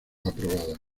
aprobada